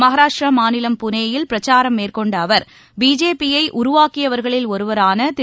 மகாராஷட்டிரமாநிலம் புனேயில் பிரச்சாரம் மேற்கொண்டஅவர் பிஜேபியைஉருவாக்கியவர்களில் ஒருவரானதிரு